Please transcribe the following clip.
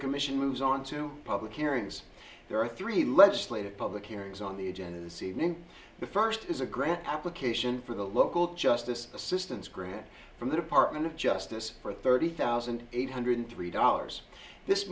commission moves on to public hearings there are three legislative public hearings on the agenda this evening the first is a grant application for the local justice assistance grant from the department of justice for thirty thousand eight hundred three dollars this